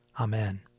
Amen